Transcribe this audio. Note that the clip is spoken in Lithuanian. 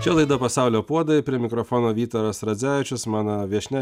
čia laida pasaulio puodai prie mikrofono vytaras radzevičius mano viešnia